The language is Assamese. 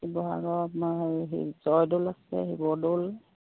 শিৱসাগৰ আপোনাৰ হেৰি জয়দৌল আছে শিৱদৌল